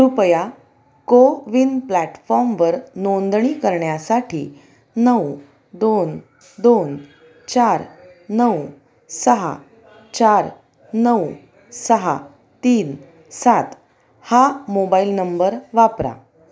कृपया CoWIN प्लॅटफॉर्मवर नोंदणी करण्यासाठी नऊ दोन दोन चार नऊ सहा चार नऊ सहा तीन सात हा मोबाईल नंबर वापरा